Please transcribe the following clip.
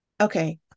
Okay